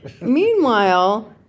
Meanwhile